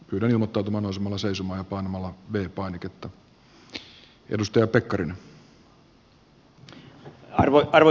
yhden mutta mainosmalla seisomaan panemalla arvoisa puhemies